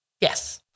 Yes